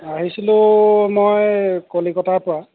আহিছিলোঁ মই কলিকতাৰ পৰা